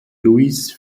louis